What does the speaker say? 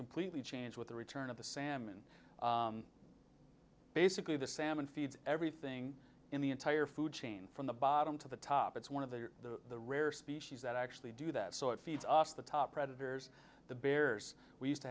completely changed with the return of the salmon basically the salmon feeds everything in the entire food chain from the bottom to the top it's one of the rare species that actually do that so it feeds off the top predators the bears we used to